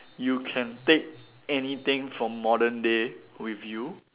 you can take anything from modern day with you